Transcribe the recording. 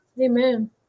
Amen